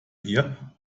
ihr